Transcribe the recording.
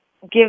give